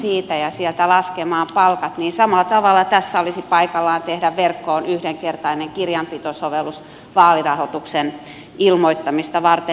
fitä ja sieltä laskemaan palkat ja samalla tavalla tässä olisi paikallaan tehdä verkkoon yhdenkertainen kirjanpitosovellus vaalirahoituksen ilmoittamista varten